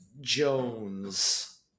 Jones